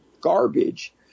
garbage